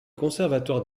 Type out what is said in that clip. conservatoire